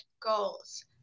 goals